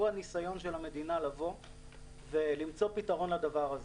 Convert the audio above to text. הניסיון של המדינה למצוא פתרון לדבר הזה.